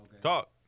Talk